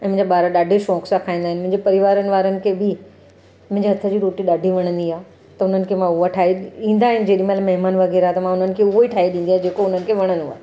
ऐं मुंहिंजा ॿार ॾाढे शौक़ु सां खाईंदा आहिनि मुंहिंजे परिवार वारनि खे बि मुंहिंजे हथ जी रोटी ॾाढी वणंदी आहे त उन्हनि खे मां उहा ठाहे ईंदा आहिनि महिमान वग़ैरह त मां उन्हनि खे उहो ई ठाहे ॾींदी आहियां जेको उन्हनि खे वणंदो आहे